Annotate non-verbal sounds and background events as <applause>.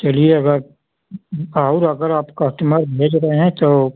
चलिए बस और अगर आप कस्टमर भेज रहें <unintelligible>